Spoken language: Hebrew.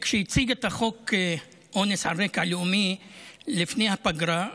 כשהיא הציגה את החוק אונס על רקע לאומי לפני הפגרה,